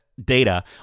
data